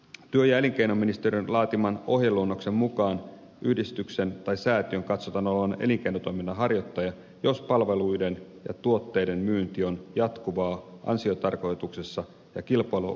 työ ja elinkeinoministeriön laatiman ohjeluonnoksen mukaan yhdistyksen tai säätiön katsotaan olevan elinkeinotoiminnan harjoittaja jos palveluiden ja tuotteiden myynti on jatkuvaa ansiotarkoituksessa ja kilpailuolosuhteissa tapahtuvaa